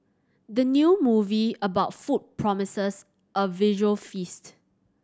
the new movie about food promises a visual feast